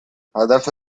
هدف